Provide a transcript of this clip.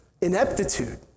ineptitude